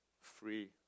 free